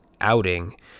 outing